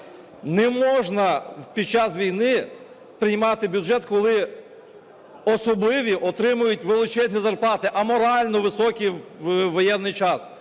Не можна під час війни приймати бюджет, коли особливі отримують величезні зарплати, аморально високі в воєнний час: